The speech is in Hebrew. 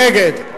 מי נגד?